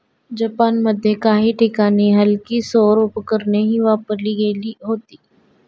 जपानमध्ये काही ठिकाणी हलकी सौर उपकरणेही वापरली गेली होती